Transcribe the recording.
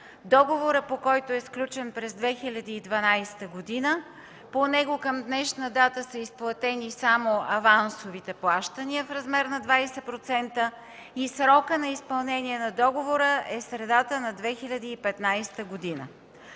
договорът по който е сключен през 2012 г. По него към днешна дата са изплатени само авансовите плащания в размер на 20% и срокът на изпълнение на договора е средата на 2015 г.